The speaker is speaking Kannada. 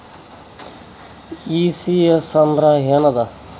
ಈ.ಸಿ.ಎಸ್ ಅಂದ್ರ ಏನದ?